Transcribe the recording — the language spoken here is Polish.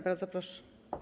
Bardzo proszę.